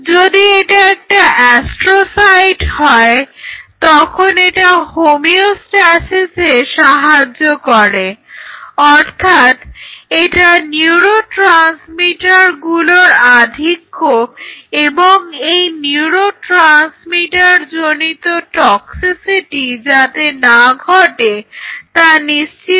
যদি এটা একটা অ্যাস্ট্রোসাইট হয় তখন এটা হোমিওস্ট্যাসিসে সাহায্য করে অর্থাৎ এটা নিউরোট্রান্সমিটারগুলোর আধিক্য এবং এই নিউরোট্রান্সমিটারজনিত টক্সিসিটি যাতে না ঘটে তা নিশ্চিত করে